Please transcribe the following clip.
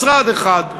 משרד אחד,